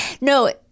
no